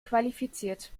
qualifiziert